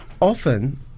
often